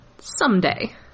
someday